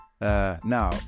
now